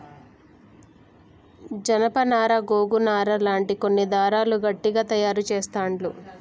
జానప నారా గోగు నారా లాంటి కొన్ని దారాలు గట్టిగ తాయారు చెస్తాండ్లు